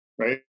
right